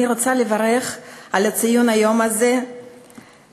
אני רוצה לברך על ציון היום הזה בכנסת.